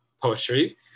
poetry